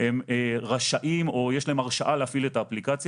הם רשאים או יש להם הרשאה להפעיל את האפליקציה.